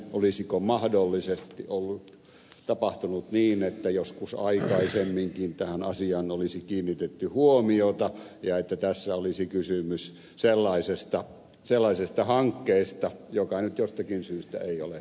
olisiko mahdollisesti ollut tapahtunut niin että joskus aikaisemminkin tähän asiaan olisi kiinnitetty huomiota ja että tässä olisi kysymys sellaisesta hankkeesta joka nyt jostakin syystä ei ole edennyt